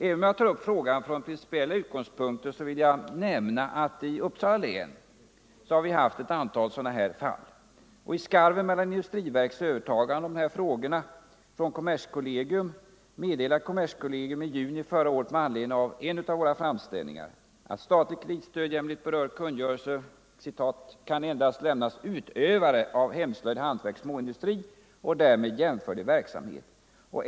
Även om jag tar upp frågan från principiella utgångspunkter vill jag nämna att vi i Uppsala län har haft ett antal sådana här fall. I skarven mellan industriverkets övertagande av de här frågorna från kommerskollegium meddelade kommerskollegium i juni förra året med anledning av en av våra framställningar att statligt kreditstöd jämlikt berörd kungörelse ”kan endast lämnas utövare av hemslöjd, hantverk och småindustri och därmed jämförlig verksamhet.